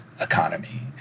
economy